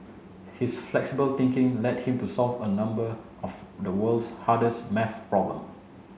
his flexible thinking led him to solve a number of the world's hardest maths problem